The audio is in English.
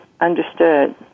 understood